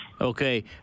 okay